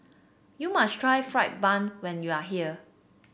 you must try fried bun when you are here